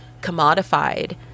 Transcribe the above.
commodified